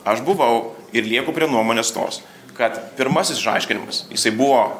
aš buvau ir lieku prie nuomonės tos kad pirmasis aiškinimas jisai buvo